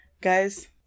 guys